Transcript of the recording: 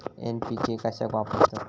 NPK कशाक वापरतत?